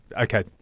Okay